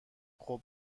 خوب